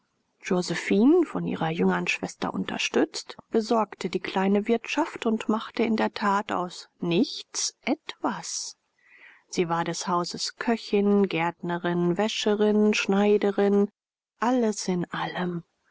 josephine von ihrer jüngern schwester unterstützt besorgte die kleine wirtschaft und machte in der tat aus nichts etwas sie war des hauses köchin gärtnerin wäscherin schneiderin alles in allem